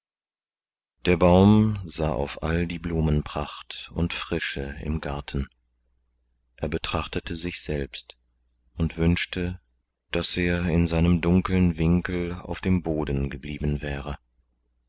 der baum sah auf all die blumenpracht und frische im garten er betrachtete sich selbst und wünschte daß er in seinem dunkeln winkel auf dem boden geblieben wäre